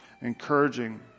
encouraging